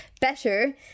better